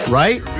right